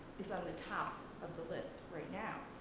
is on the top of the list right now.